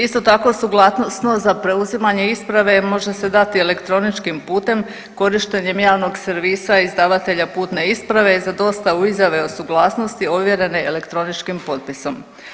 Isto tako suglasnost za preuzimanje isprave može se dati elektroničkim putem, korištenjem javnog servisa izdavatelja putne isprave za dostavu izjave o suglasnosti ovjerene elektroničkim potpisom.